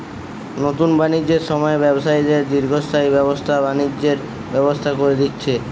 নুতন বাণিজ্যের সময়ে ব্যবসায়ীদের দীর্ঘস্থায়ী ব্যবসা বাণিজ্যের ব্যবস্থা কোরে দিচ্ছে